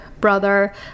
brother